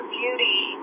beauty